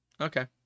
Okay